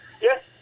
yes